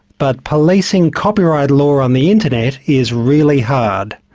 but policing copyright law on the internet is really hard,